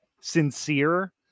sincere